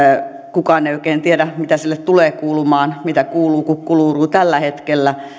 kukaan ei oikein tiedä mitä sille tulee kuulumaan mitä kuuluu kukkuluuruu tällä hetkellä